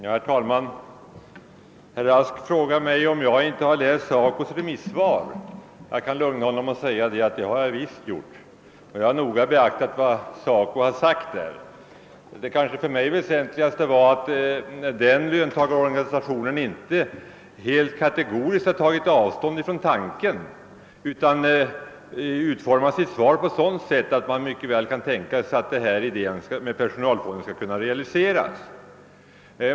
Herr talman! Herr Rask frågade mig om jag inte hade läst SACO:s remissvar. Jag kan lugna honom med att säga att det har jag gjort — jag har noga beaktat vad SACO har anfört. Det väsentligaste för mig i det remissvaret var kanske att SACO inte heit kategoriskt har tagit avstånd från tanken utan har utformat sitt svar så att man mycket väl kan tänka sig att idén med personalfonder skall kunna realiseras.